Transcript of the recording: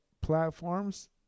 platforms